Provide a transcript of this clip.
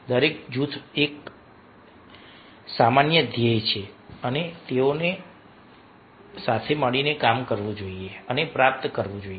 દરેક જૂથ માટે એક સામાન્ય ધ્યેય છે અને તેઓએ સાથે મળીને કામ કરવું જોઈએ અને પ્રાપ્ત કરવું જોઈએ